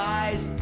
eyes